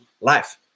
life